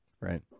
Right